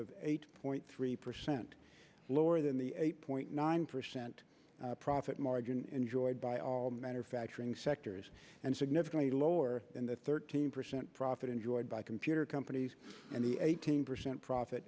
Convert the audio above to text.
of eight point three percent lower than the eight point nine percent profit margin enjoyed by all manner factoring sectors and significantly lower than the thirteen percent profit enjoyed by computer companies and the eighteen percent profit